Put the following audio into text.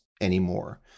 anymore